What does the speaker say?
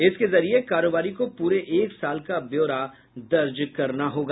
इसके जरिए कारोबारी को पूरे एक साल का ब्यौरा दर्ज करना होगा